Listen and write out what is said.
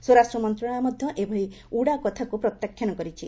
ସ୍ୱରାଷ୍ଟ୍ର ମନ୍ତ୍ରଶାଳୟ ମଧ୍ୟ ଏଭଳି ଉଡ଼ା କଥାକୁ ପ୍ରତ୍ୟାଖ୍ୟାନ କରିଛି